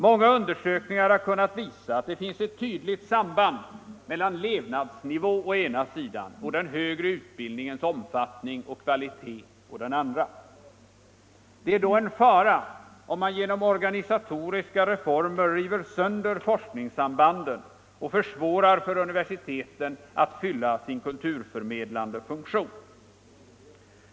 Många undersökningar har kunnat visa att det finns ett tydligt samband mellan levnadsnivån å ena sidan och den högre utbildningens omfattning och kvalitet å andra sidan. Det är då en fara om man genom organisatoriska reformer river sönder forskningssambanden och försvårar för universiteten att fylla sin kulturförmedlande funktion.